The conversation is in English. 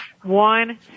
one